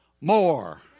More